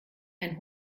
ein